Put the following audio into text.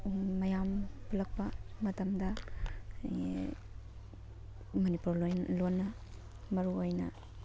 ꯃꯌꯥꯝ ꯄꯨꯜꯂꯛꯄ ꯃꯇꯝꯗ ꯃꯅꯤꯄꯨꯔ ꯂꯣꯟ ꯂꯣꯟꯅ ꯃꯔꯨ ꯑꯣꯏꯅ